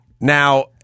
Now